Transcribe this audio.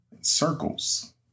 Circles